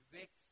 vex